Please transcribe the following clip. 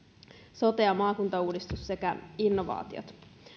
sote ja maakuntauudistus sekä innovaatiot